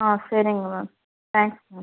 ஆ சரிங்க ma'am thanks ma'am